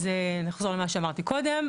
אני אחזור למה שאמרתי קודם,